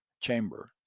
chamber